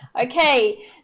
Okay